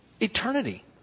eternity